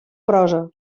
prosa